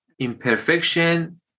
imperfection